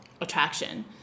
attraction